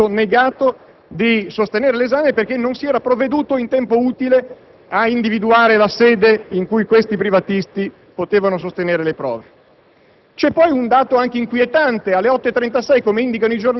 non hanno potuto sostenere l'esame. A 400 privatisti è stato negato di sostenere l'esame perché non si era provveduto in tempo utile ad individuare la sede in cui potevano svolgere le prove.